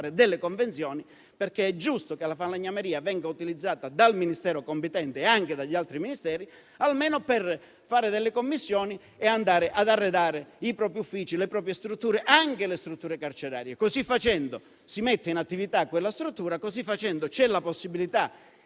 delle convenzioni, perché è giusto che la falegnameria venga utilizzata dal Ministero competente e anche dagli altri Ministeri almeno per fare delle commissioni ed arredare i propri uffici, le proprie strutture e anche quelle carcerarie. Così facendo, si mette in attività quella struttura e c'è la possibilità